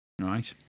Right